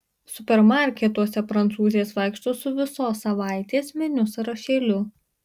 supermarketuose prancūzės vaikšto su visos savaitės meniu sąrašėliu